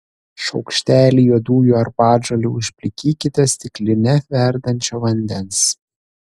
šaukštelį juodųjų arbatžolių užplikykite stikline verdančio vandens